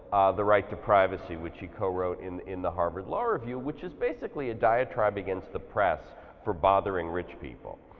the right to privacy which he co wrote in in the harvard law review, which is basically a diatribe against the press for bothering rich people.